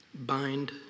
Bind